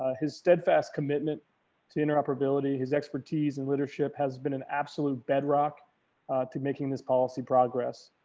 ah his steadfast commitment to interoperability his expertise and leadership has been an absolute bedrock to making this policy progress.